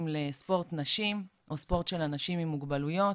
לספורט נשים או ספורט של אנשים למוגבלויות,